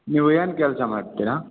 ನೀವೇನು ಕೆಲಸ ಮಾಡ್ತೀರಾ